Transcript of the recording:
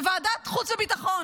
בוועדת חוץ וביטחון,